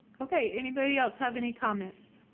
okay, anybody else have any comments?